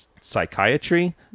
psychiatry